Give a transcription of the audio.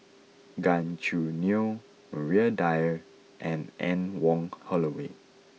Gan Choo Neo Maria Dyer and Anne Wong Holloway